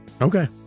Okay